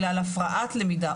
אלא על הפרעת למידה,